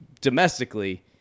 Domestically